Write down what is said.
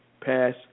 pass